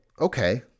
okay